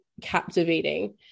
captivating